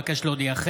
עוד אבקש להודיעכם,